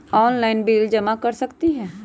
Online bill जमा कर सकती ह?